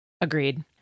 Agreed